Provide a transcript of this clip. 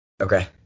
Okay